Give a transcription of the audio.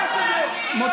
מה